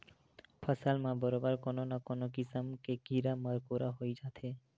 फसल म बरोबर कोनो न कोनो किसम के कीरा मकोरा होई जाथे